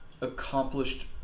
accomplished